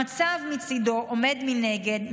המצב מצידו עומד מנגד,